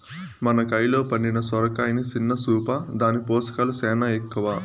మన కయిలో పండిన సొరకాయని సిన్న సూపా, దాని పోసకాలు సేనా ఎక్కవ